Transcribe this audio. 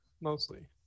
Mostly